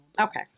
okay